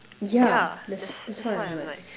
yeah that's that's why I'm like